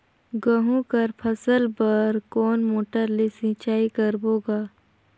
गहूं कर फसल बर कोन मोटर ले सिंचाई करबो गा?